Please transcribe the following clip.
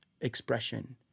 expression